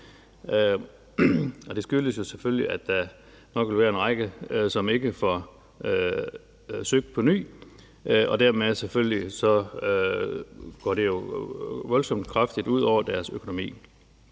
Det skyldes selvfølgelig, at der nok vil være en række, som ikke får søgt på ny, og det vil selvfølgelig gå voldsomt kraftigt ud over deres økonomi.